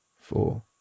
four